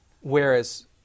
whereas